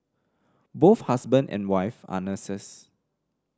both husband and wife are nurses